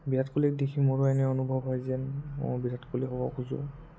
বিৰাট কোহলিক দেখি মোৰো এনেই অনুভৱ হয় যেন ময়ো বিৰাট কোহলি হ'ব খোজোঁ